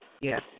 Yes